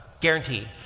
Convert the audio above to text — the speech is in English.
Guarantee